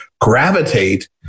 gravitate